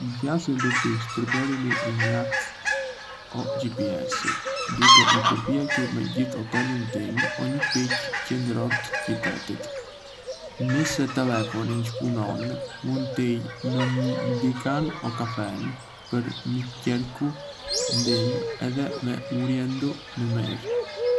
Një qasje do të ishte përdorimi i një harte o GPS-i, duke u përpjekur me gjetë hotelin tim o një pikë qendrore të qytetit. Nëse telefoni ngë punon, mund të hyj në një dyqan o kafene për me kërku ndihmë edhe me u orientue më mirë.